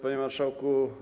Panie Marszałku!